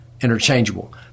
interchangeable